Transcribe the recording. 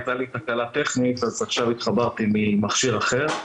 הייתה לי תקנה טכנית אז עכשיו התחברתי ממכשיר אחר.